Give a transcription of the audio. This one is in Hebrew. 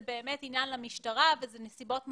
באמת עניין למשטרה ואלה נסיבות מחמירות.